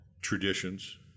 traditions